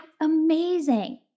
amazing